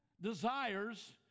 desires